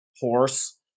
horse